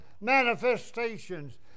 manifestations